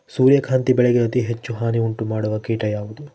ಸೂರ್ಯಕಾಂತಿ ಬೆಳೆಗೆ ಅತೇ ಹೆಚ್ಚು ಹಾನಿ ಉಂಟು ಮಾಡುವ ಕೇಟ ಯಾವುದು?